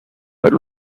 but